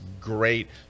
great